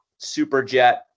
SuperJet